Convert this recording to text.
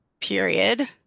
period